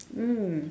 mm